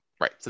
Right